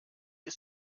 ist